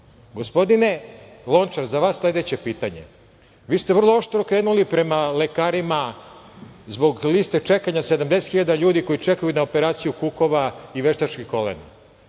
tome. Gospodine Lončar, za vas je sledeće pitanje. Vi ste vrlo oštro krenuli prema lekarima zbog liste čekanja 70.000 ljudi koji čekaju na operaciju kukova i veštačkih kolena.